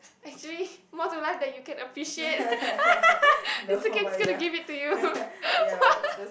actually more to life then you can appreciate it's okay I'm just going to give it to you